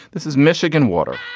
this is michigan water.